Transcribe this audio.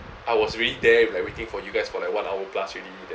I was already there like waiting for you guys for like one hour plus already then